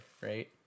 right